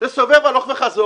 לסובב הלוך וחזור,